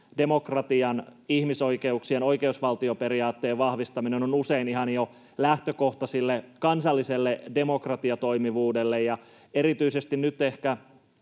demokratian, ihmisoikeuksien, oikeusvaltioperiaatteen vahvistaminen on usein ihan jo lähtökohta kansalliselle demokratiatoimivuudelle, erityisesti nyt ehkä